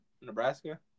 Nebraska